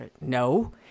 no